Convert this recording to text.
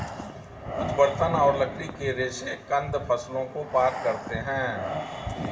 कुछ बर्तन और लकड़ी के रेशे कंद फसलों को पार करते है